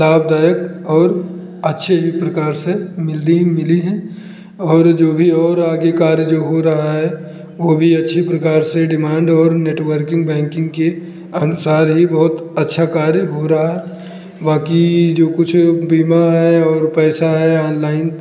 लाभदायक और अच्छे प्रकार से मिली मिली हैं और जो भी और आगे कार्य जो हो रहा है वह भी अच्छी प्रकार से डीमांड और नेटवर्किंग बैंकिंग के अनुसार बहुत ही अच्छा कार्य हो रहा बाकी जो कुछ बीमा है और पैसा है ऑनलाइन